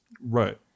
Right